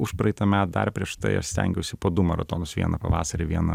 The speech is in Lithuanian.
užpraeitąmet dar prieš tai aš stengiausi po du maratonus vieną pavasarį vieną